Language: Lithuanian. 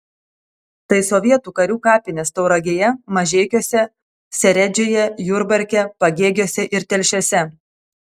tai sovietų karių kapinės tauragėje mažeikiuose seredžiuje jurbarke pagėgiuose ir telšiuose